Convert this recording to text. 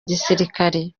gisirikare